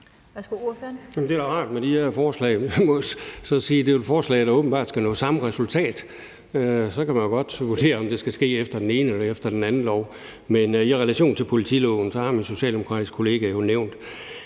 Det er da rart med de her forslag, og jeg vil så sige, at det er et forslag, der åbenbart skal nå samme resultat. Så kan man jo godt vurdere, om det skal ske efter den ene eller efter den anden lov. Men i relation til politiloven har min socialdemokratiske kollega jo nævnt,